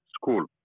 school